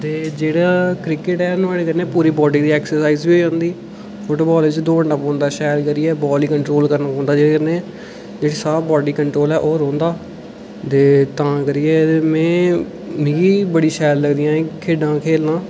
ते जेह्ड़ा क्रिकेट ऐ नुहाड़े कन्नै पूरी बाडी दी पूरी ऐक्सरसाइज बी होई जंदी फुटबाल च आस्तै बड़ा दौड़ना पौंदा शैल करियै बाल गी कंट्रोल करना पौंदा शैल करियै जेह्ड़ा साह् बाडी कंट्रोल ऐ ओह् रौंह्दा ते तां करियै ते में मिगी बड़ी शैल लगदियां खेढां खेढना